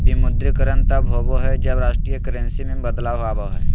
विमुद्रीकरण तब होबा हइ, जब राष्ट्रीय करेंसी में बदलाव आबा हइ